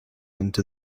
into